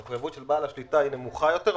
המחויבות של בעל השליטה היא נמוכה יותר,